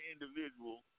individual